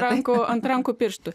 rankų ant rankų pirštų